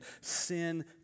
sin